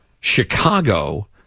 Chicago